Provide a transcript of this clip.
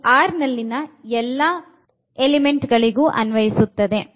ಇದು R ನಲ್ಲಿನ ಎಲ್ಲಾ element ಗಳಿಗೂ ಅನ್ವಯಿಸುತ್ತದೆ